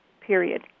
period